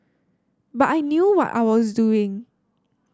but I knew what I was doing